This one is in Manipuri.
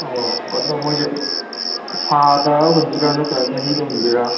ꯑꯧ ꯑꯗꯣ ꯃꯣꯏꯁꯦ ꯊꯥꯗ ꯍꯨꯟꯗꯣꯏꯔꯥ ꯅꯠꯇ꯭ꯔ ꯆꯍꯤꯗ ꯍꯨꯟꯗꯣꯏꯔꯥ